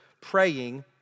praying